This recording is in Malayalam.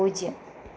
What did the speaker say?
പൂജ്യം